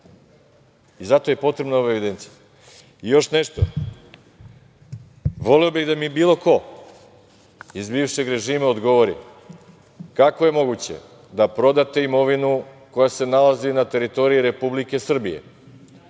i zato je potrebna ova evidencija. Još nešto, voleo bih da mi bilo ko iz bivšeg režima odgovori kako je moguće da prodate imovinu koja se nalazi na teritoriji Republike Srbije,